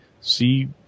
see